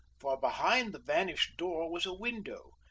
for behind the vanished door was a window,